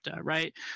right